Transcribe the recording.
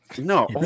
no